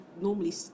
normally